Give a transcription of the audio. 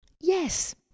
Yes